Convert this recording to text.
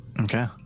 Okay